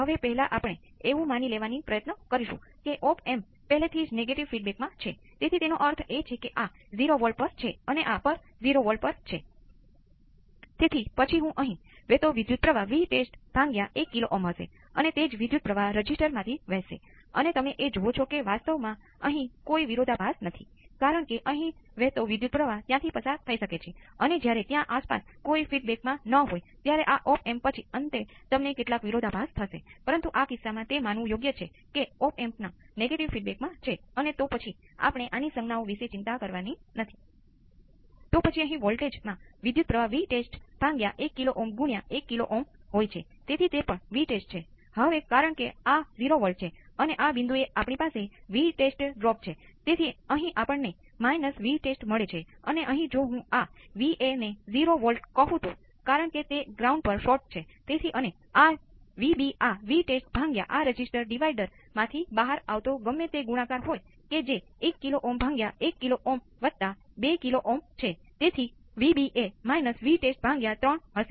હવે એવું લાગે છે કે આ Vs આ માટે વિશિષ્ટ છે પરંતુ જો તમે તેના વિશે એક ક્ષણ માટે વિચારશો તો તમને ખ્યાલ આવશે કે અહીં જે દેખાય છે તે સ્ટેડી સ્ટેટ સોલ્યુશન આખરે કુદરતી પ્રતિભાવ પર પહોંચશે જે આખરે મરી જશે